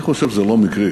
אני חושב שזה לא מקרי.